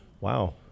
Wow